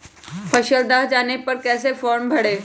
फसल दह जाने पर कैसे फॉर्म भरे?